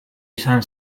izan